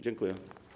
Dziękuję.